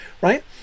right